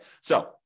So-